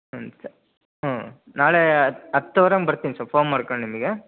ಹ್ಞೂ ನಾಳೆ ಹತ್ತುವರೆ ಹಾಗೆ ಬರ್ತೀನಿ ಸರ್ ಫೋನ್ ಮಾಡ್ಕೊಂಡು ನಿಮಗೆ